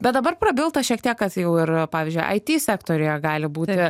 bet dabar prabilta šiek tiek kad jau ir pavyzdžiui ai ty sektoriuje gali būti